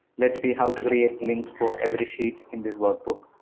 lets see how to create links for every sheet in this workbook.